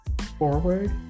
forward